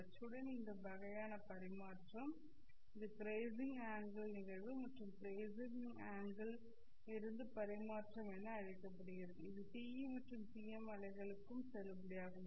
அச்சுடன் இந்த வகையான பரிமாற்றம் இது கிரேசிங் அங்கெல் நிகழ்வு மற்றும் கிரேசிங் அங்கெல் லிருந்து பரிமாற்றம் என அழைக்கப்படுகிறது இது TE மற்றும் TM அலைகளுக்கும் செல்லுபடியாகும்